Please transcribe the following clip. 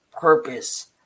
purpose